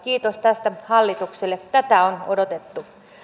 kiitos tästä hallitukselle tätä on odotettu